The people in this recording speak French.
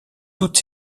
toutes